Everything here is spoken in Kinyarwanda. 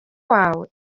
wawe